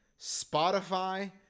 Spotify